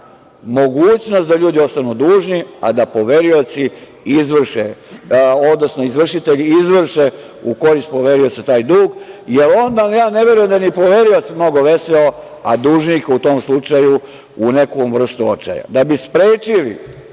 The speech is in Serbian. mogućnost da ljudi ostanu dužni, a da poverioci izvrše, odnosno izvršitelji izvrše u korist poverioca taj dug, jer onda, ja ne verujem ni da je poverilac mnogo veseo, a dužnik u tom slučaju u nekoj vrsti očaja. Da bi sprečili